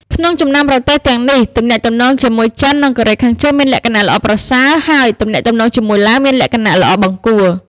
ក្នុងចំណោមប្រទេសទាំងនេះ ទំនាក់ទំនងជាមួយចិននិងកូរ៉េខាងជើងមានលក្ខណៈល្អប្រសើរ ហើយ ទំនាក់ទំនងជាមួយឡាវមានលក្ខណៈល្អបង្គួរ ។